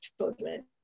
children